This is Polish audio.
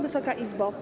Wysoka Izbo!